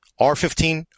R15